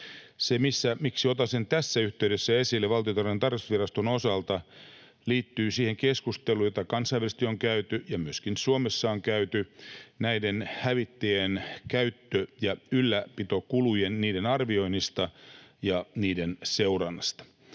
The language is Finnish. Se, miksi otan sen tässä yhteydessä esille Valtiontalouden tarkastusviraston osalta, liittyy siihen keskusteluun, jota kansainvälisesti on käyty ja myöskin Suomessa on käyty näiden hävittäjien käyttö- ja ylläpitokulujen arvioinnista ja niiden seurannasta.